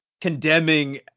condemning